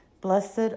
Blessed